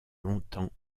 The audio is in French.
longtemps